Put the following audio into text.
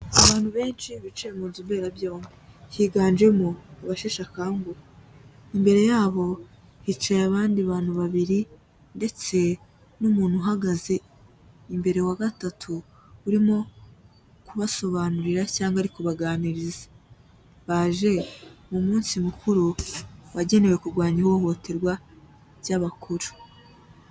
Abantu benshi bicaye mu nzu mberabyombi, higanjemo abasheshe akangu, imbere yabo hicaye abandi bantu babiri, ndetse n'umuntu uhagaze imbere wa gatatu urimo kubasobanurira cyangwa ari kubaganiriza. Baje mu munsi mukuru wagenewe kurwanya ihohoterwa ry'abakuru.